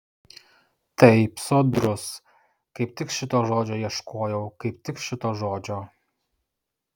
taip sodrus kaip tik šito žodžio ieškojau kaip tik šito žodžio